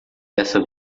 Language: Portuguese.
dessa